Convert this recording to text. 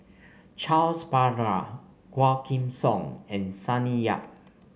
Charles Paglar Quah Kim Song and Sonny Yap